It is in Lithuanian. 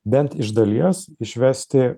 bent iš dalies išvesti